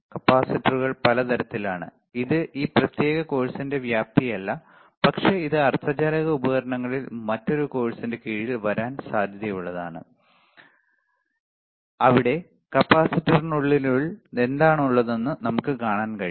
കപ്പാസിറ്ററുകൾ പല തരത്തിലാണ് ഇത് ഈ പ്രത്യേക കോഴ്സിന്റെ വ്യാപ്തിയല്ല പക്ഷേ ഇത് അർദ്ധചാലക ഉപകരണങ്ങളിൽ മറ്റൊരു കോഴ്സിന് കീഴിൽ വരാൻ സാധ്യതയുള്ളതാണ് അവിടെ കപ്പാസിറ്ററിനുള്ളിൽ എന്താണുള്ളതെന്ന് നമുക്ക് കാണാൻ കഴിയും